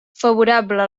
favorable